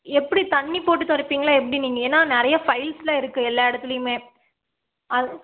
எப்படி தண்ணி போட்டு துடைப்பிங்களா எப்படி நீங்கள் ஏன்னா நிறையா ஃபைல்ஸ்லாம் இருக்குது எல்லாம் இடத்திலியுமே அது